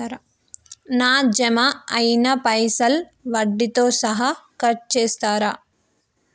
నా జమ అయినా పైసల్ వడ్డీతో సహా కట్ చేస్తరా?